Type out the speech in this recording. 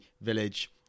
Village